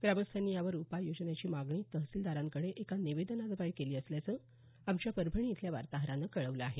ग्रामस्थांनी यावर उपाय योजन्याची मागणी तहसीलदारांकडे एका निवेदनाद्वारे केली असल्याचं आमच्या परभणी इथल्या वार्ताहरानं कळवलं आहे